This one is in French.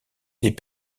des